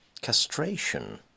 castration